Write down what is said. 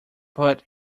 but